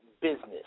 business